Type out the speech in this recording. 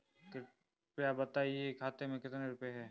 कृपया बताएं खाते में कितने रुपए हैं?